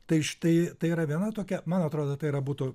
tai štai tai yra viena tokia man atrodo tai yra būtų